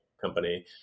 company